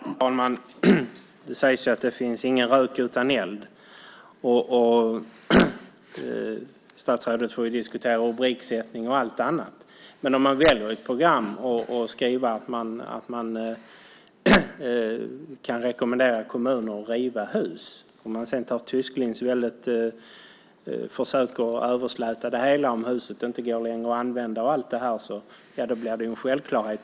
Herr talman! Det sägs att det inte finns någon rök utan eld. Statsrådet får diskutera rubriksättning och allt annat, men man väljer ett program och skriver att man kan rekommendera kommuner att riva hus. Tysklind försöker att släta över det hela med att det här om huset inte längre går att använda. Då blir det en självklarhet.